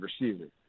receiver